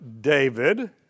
David